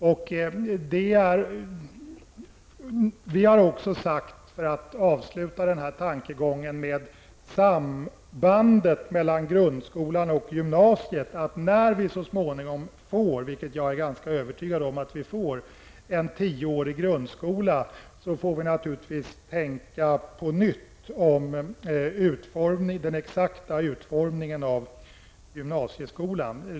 Låt mig för att avsluta den här tankegången om sambandet mellan grundskolan och gymnasieskolan och gymnasiet framhålla att vi också har sagt att när det så småningom blir en tioårig grundskola -- vilket jag är ganska övertygad om -- får vi naturligvis på nytt tänka över den exakta utformningen av gymnasieskolan.